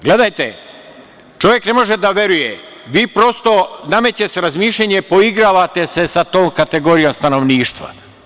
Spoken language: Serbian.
Gledajte, čovek ne može da veruje, nameće se razmišljanje, vi se prosto poigravate sa tom kategorijom stanovništva.